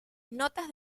notas